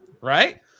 Right